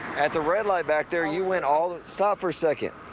at the red light back there, you went all stop for a second.